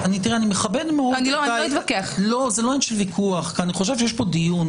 יש פה דיון